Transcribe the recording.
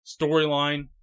storyline